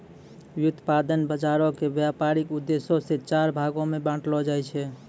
व्युत्पादन बजारो के व्यपारिक उद्देश्यो से चार भागो मे बांटलो जाय छै